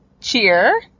Cheer